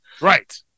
Right